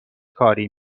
کاری